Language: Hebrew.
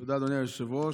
תודה, אדוני היושב-ראש.